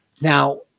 Now